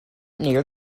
near